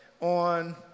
on